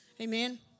Amen